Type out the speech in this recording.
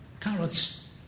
carrots